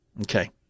okay